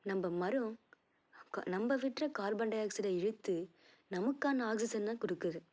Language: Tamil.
நம்ம மரம் நம்ம விடுற கார்பன்டை ஆக்ஸைடை இழுத்து நமக்கான ஆக்சிஜன் தான் கொடுக்குது